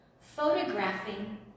photographing